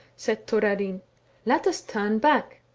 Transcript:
said thorarinn let us turn back.